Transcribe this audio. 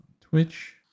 Twitch